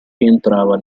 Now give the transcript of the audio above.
rientrava